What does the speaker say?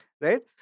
right